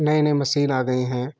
नई नई मशीन आ गई है